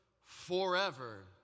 forever